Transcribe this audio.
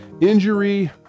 injury